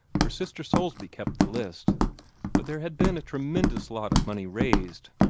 for sister soulsby kept the list but there had been a tremendous lot of money raised.